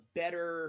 better –